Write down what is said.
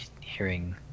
hearing